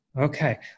Okay